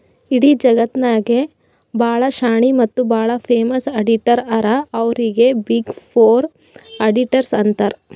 ಇಡೀ ಜಗತ್ನಾಗೆ ಭಾಳ ಶಾಣೆ ಮತ್ತ ಭಾಳ ಫೇಮಸ್ ಅಡಿಟರ್ ಹರಾ ಅವ್ರಿಗ ಬಿಗ್ ಫೋರ್ ಅಡಿಟರ್ಸ್ ಅಂತಾರ್